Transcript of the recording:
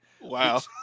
Wow